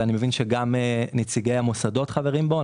ואני מבין שגם נציגי המוסדות חברים בו,